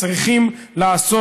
צריכים לעשות,